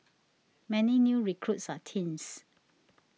many new recruits are teens